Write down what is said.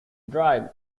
drive